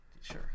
Sure